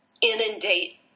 inundate